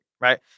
right